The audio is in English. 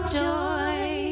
joy